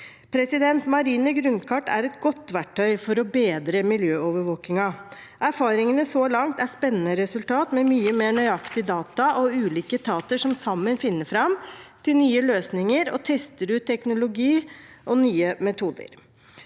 ressurser. Marine grunnkart er et godt verktøy for å bedre miljøovervåkningen. Erfaringene så langt er spennende resultater, med mye mer nøyaktige data, og ulike etater som sammen finner fram til nye løsninger og tester ut teknologi og nye metoder.